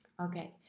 Okay